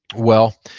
well,